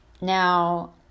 Now